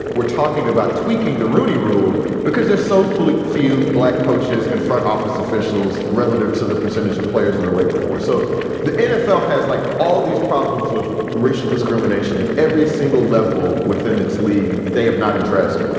we're talking about tweaking the rooney rule because there's so fluked few black coaches and front office officials relative to the percentage of players in the labor force. so the nfl has, like all these problems with racial discrimination at every single level within its league that they have not addressed.